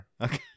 Okay